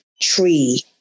tree